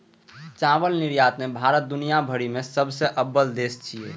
चावल निर्यात मे भारत दुनिया भरि मे सबसं अव्वल देश छियै